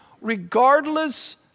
regardless